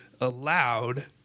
allowed